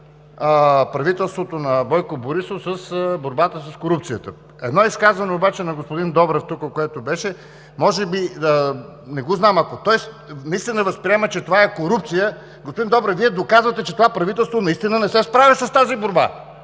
правителството на Бойко Борисов в борбата с корупцията. Едно изказване обаче – на господин Добрев, което беше тук, може би – не го знам, ако той наистина възприема, че това е корупция, господин Добрев, Вие доказвате, че това правителство наистина не се справя с тази борба!